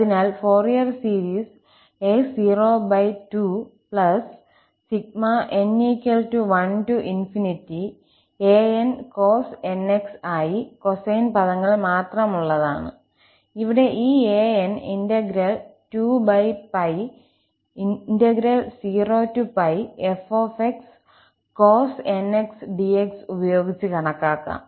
അതിനാൽ Fourier series 𝑎02 n1an cos nx ആയി cosine പദങ്ങൾ മാത്രമുള്ളതാണ് ഇവിടെ ഈ 𝑎𝑛 integral 2 𝜋0f cos nx dx ഉപയോഗിച്ച് കണക്കാക്കാം